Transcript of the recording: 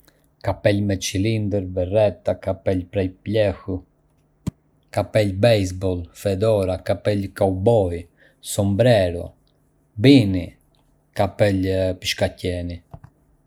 Ka shumë lloje kapele, si kapele me cilindër, bereta, kapele prej plehu, kapele bejsbolli, fedora, kapele kauboji, sombrero, beanie dhe kapele peshkaqeni. Çdo kapel ka një stil dhe funksion specifik.